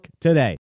today